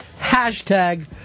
Hashtag